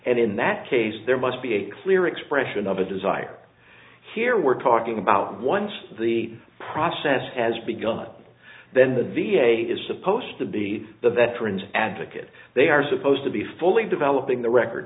and in that case there must be a clear expression of a desire here we're talking about once the process has begun then the v a is supposed to be the veterans advocate they are supposed to be fully developing the record